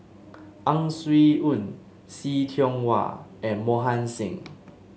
Ang Swee Aun See Tiong Wah and Mohan Singh